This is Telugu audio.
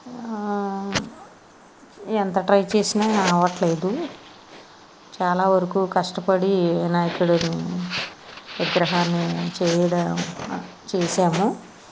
ఎంత ట్రై చేసినా అవ్వట్లేదు చాలా వరకు కష్టపడి వినాయకుడి విగ్రహాన్ని చేయడం చేసాము